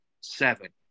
seven